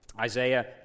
Isaiah